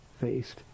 faced